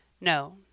No